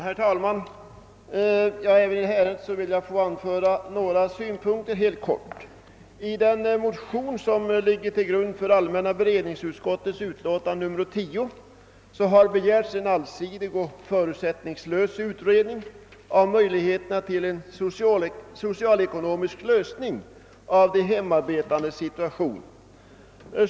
Herr talman! Även beträffande det nu förevarande ärendet vill jag helt kort anföra några synpunkter. I de likalydande motioner som ligger till grund för utskottsutlåtandet har begärts en allsidig och förutsättningslös utredning av möjligheterna till en socialekonomisk lösning av de hemarbetandes situation.